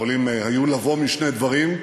יכולות היו לבוא משני דברים,